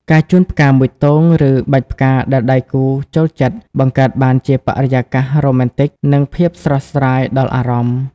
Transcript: ការជូនផ្កាមួយទង ឬបាច់ផ្កាដែលដៃគូចូលចិត្ត បង្កើតបានជាបរិយាកាសរ៉ូមែនទិក និងភាពស្រស់ស្រាយដល់អារម្មណ៍។